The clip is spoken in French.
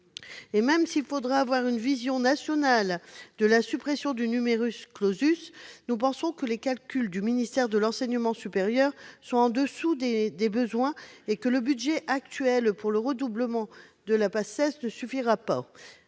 Et même s'il faut avoir une vision nationale de la suppression du, nous pensons que les calculs du ministère de l'enseignement supérieur sont inférieurs aux besoins et que le budget actuel pour le redoublement de la Paces ne suffira pas.